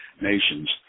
nations